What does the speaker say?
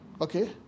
Okay